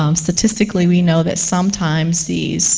um statistically we know that sometimes these